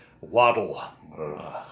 waddle